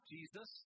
Jesus